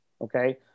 Okay